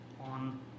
on